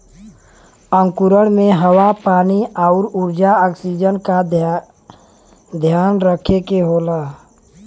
अंकुरण में हवा पानी आउर ऊर्जा ऑक्सीजन का ध्यान रखे के होला